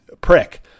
prick